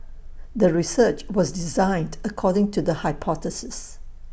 the research was designed according to the hypothesis